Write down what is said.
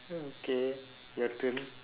mm okay your turn